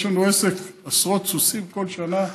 יש לנו עסק עם עשרות סוסים כל שנה.